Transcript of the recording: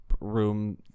room